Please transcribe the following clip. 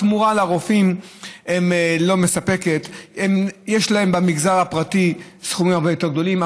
התמורה לרופאים לא מספקת ויש להם במגזר הפרטי סכומים הרבה יותר גדולים.